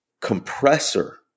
compressor